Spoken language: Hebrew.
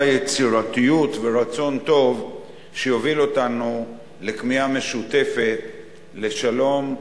יצירתיות ורצון טוב שיובילו אותנו לכמיהה משותפת לשלום,